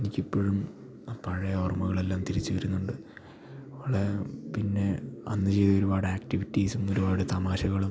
എനിക്കിപ്പോഴും ആ പഴയ ഓർമ്മകളെല്ലാം തിരിച്ചു വരുന്നുണ്ട് പഴയ പിന്നെ അന്നു ചെയ്ത ഒരുപാട് ആക്ടിവിറ്റീസും ഒരുപാട് തമാശകളും